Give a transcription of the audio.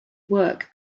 work